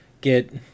get